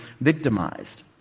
victimized